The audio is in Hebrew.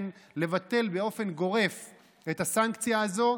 לבטל באופן גורף את הסנקציה הזאת.